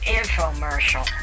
infomercial